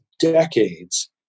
decades